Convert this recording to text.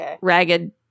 ragged